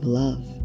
love